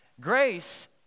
Grace